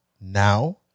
now